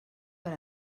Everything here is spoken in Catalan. per